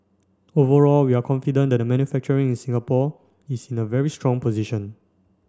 overall we are confident that the manufacturing in Singapore is in a very strong position